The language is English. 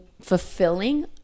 fulfilling